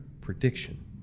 prediction